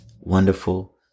wonderful